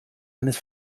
eines